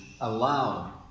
aloud